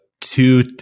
two